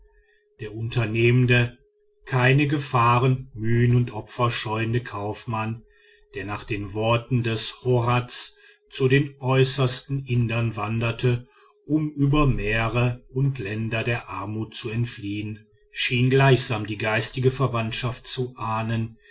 der unternehmende keine gefahren mühen und opfer scheuende kaufmann der nach den worten des horaz zu den äußersten indern wandert um über meere und länder der armut zu entfliehen schien gleichsam die geistige verwandtschaft zu ahnen